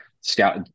Scout